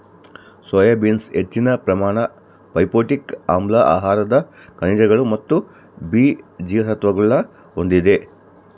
soya beans ಹೆಚ್ಚಿನ ಪ್ರಮಾಣದ phytic ಆಮ್ಲ ಆಹಾರದ ಖನಿಜಗಳು ಮತ್ತು ಬಿ ಜೀವಸತ್ವಗುಳ್ನ ಹೊಂದಿದೆ